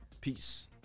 Peace